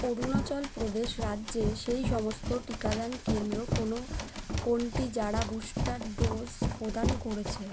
অরুণাচল প্রদেশ রাজ্যে সেই সমস্ত টিকাদান কেন্দ্র কোনো কোনটি যারা বুস্টার ডোজ প্রদান করেছে